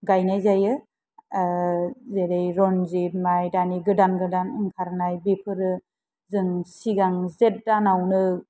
गायनाय जायो जेरै रन्जित माइ दानि गोदान गोदान ओंखारनाय बेफोरो जों सिगां जेत दानावनो